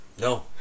No